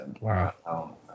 Wow